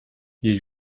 jej